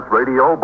Radio